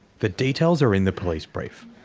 the details are in the police brief.